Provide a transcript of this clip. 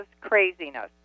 craziness